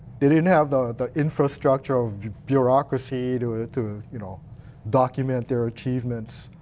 didn't have the the infrastructure of bureaucracy to ah to you know document their achievements.